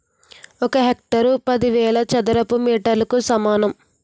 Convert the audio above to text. ఒక హెక్టారు పదివేల చదరపు మీటర్లకు సమానం